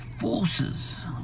forces